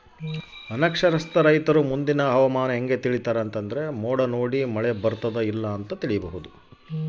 ಅನಕ್ಷರಸ್ಥ ರೈತರಿಗೆ ಮುಂದಿನ ಹವಾಮಾನ ಹೆಂಗೆ ತಿಳಿಯಬಹುದು?